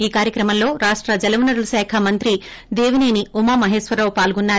ఈ కార్యక్రమంలో రాష్ట జలవనరుల శాఖ మంత్రి దేవిసేని ఉమామహేశ్వరరావు పాల్గొన్నారు